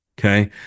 Okay